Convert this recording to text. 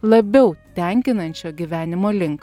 labiau tenkinančio gyvenimo link